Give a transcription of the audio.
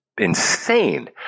insane